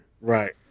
Right